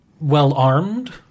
well-armed